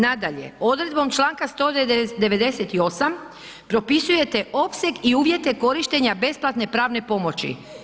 Nadalje, odredbom čl. 198. propisujete opseg i uvjete korištenja besplatne pravne pomoći.